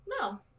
No